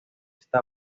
esta